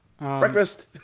breakfast